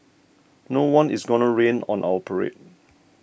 no one is gonna rain on our parade